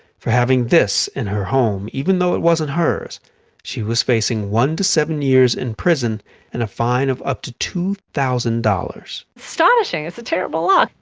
for having this in her home, even though it wasn't hers she was facing one seven years in prison and a fine of up to two thousand dollars. it's so astonishing. it's a terrible law.